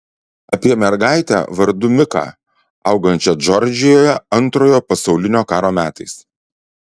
apie mergaitę vardu miką augančią džordžijoje antrojo pasaulinio karo metais